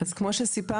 אז כמו שסיפרנו,